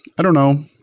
i don't know.